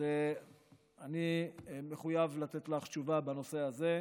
אז זה אני מחויב לתת לך תשובה בנושא הזה.